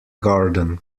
garden